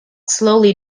slowly